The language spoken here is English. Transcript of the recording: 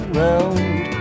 round